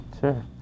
Sure